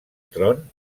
tron